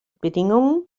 bedingungen